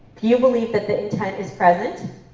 you believe that the intent is present,